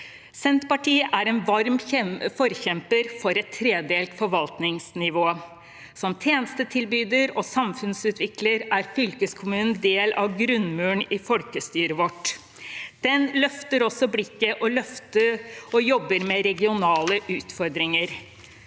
Senterpartiet er en varm forkjemper for et tredelt forvaltningsnivå. Som tjenestetilbyder og samfunnsutvikler er fylkeskommunen en del av grunnmuren i folkestyret vårt. Den løfter også blikket og jobber med regionale utfordringer.